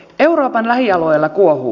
euroopan lähialueilla kuohuu